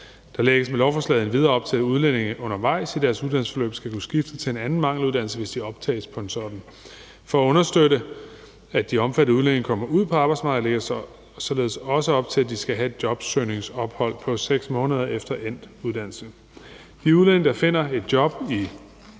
Der lægges med lovforslaget endvidere op til, at udlændinge undervejs i deres uddannelsesforløb skal kunne skifte til en anden mangeluddannelse, hvis de optages på en sådan. For at understøtte, at de omfattede udlændinge kommer ud på arbejdsmarkedet, lægges der således også op til, at de skal have et jobsøgningsophold på 6 måneder efter endt uddannelse. De udlændinge, der finder et job i